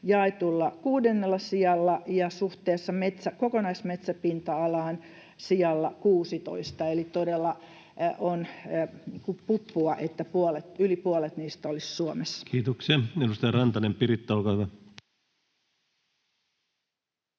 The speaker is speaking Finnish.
jaetulla kuudennella sijalla ja suhteessa kokonaismetsäpinta-alaan sijalla 16, eli todella, on puppua, että yli puolet niistä olisi Suomessa. [Speech 210] Speaker: Ensimmäinen